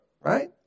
right